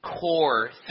core